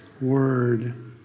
Word